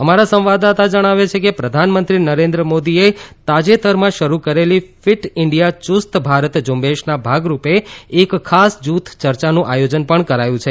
અમારા સંવાદદાતા જણાવે છે કે પ્રધાનમંત્રી નરેન્દ્ર મોદીએ તાજેતરમાં શરૂ કરેલી ફીટ ઈન્ડિયા યુસ્ત ભારત ઝુંબેશના ભાગરૂપે એક ખાસ જુથ ચર્ચાનું આયોજન પણ કરાયું છે